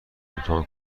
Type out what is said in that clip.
امتحان